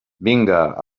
vinga